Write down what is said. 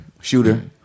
shooter